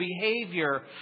behavior